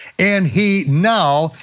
and he now,